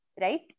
right